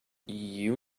you